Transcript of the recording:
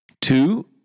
Two